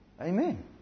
Amen